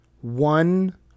one